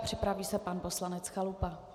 Připraví se pan poslanec Chalupa.